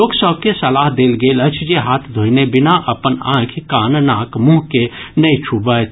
लोक सभ के सलाह देल गेल अछि जे हाथ धोयने बिना अपन आंखि कान नाक मुंह के नहि छुबथि